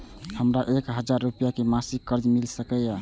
हमरा एक हजार रुपया के मासिक कर्ज मिल सकिय?